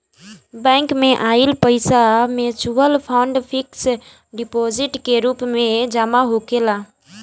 bank में इ पईसा मिचुअल फंड, फिक्स डिपोजीट के रूप में जमा होखेला